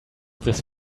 this